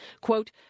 Quote